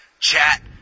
chat